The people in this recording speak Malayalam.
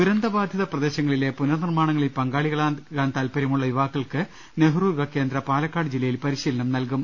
ദുരന്ത ബാധിത പ്രദേശങ്ങളിലെ പുനർനിർമാണങ്ങളിൽ പങ്കാളികളാകാൻ താൽപര്യമുളള യുവാക്കൾക്ക് നെഹ്റു യുവ കേന്ദ്ര പാലക്കാട് ജില്ലയിൽ പരിശീലനം നൽകും